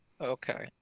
Okay